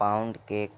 pound cake